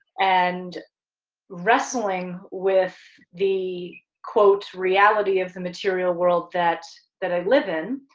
and wrestling with the quote reality of the material world that that i live in,